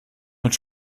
mit